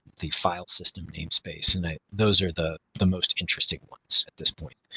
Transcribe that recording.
the file system name space and those are the the most interesting ones at this point.